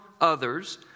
others